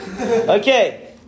Okay